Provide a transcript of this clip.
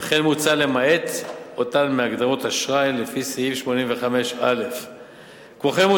ולכן מוצע למעט אותן מהגדרת "אשראי" לפי סעיף 85א. כמו כן,